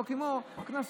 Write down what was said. זה לא כמו הקנסות.